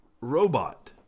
robot